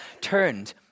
turned